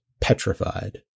petrified